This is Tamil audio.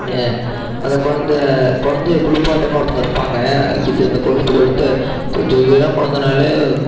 அந்த கொழந்தை குழந்தைய குளிப்பாட்டன்னு ஒருத்தங்க இருப்பாங்க இது கொஞ்சம் இளம் குழந்தைனால